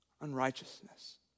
Unrighteousness